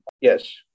Yes